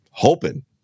Hoping